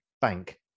bank